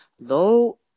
low